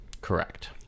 Correct